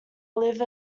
live